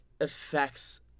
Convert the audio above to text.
affects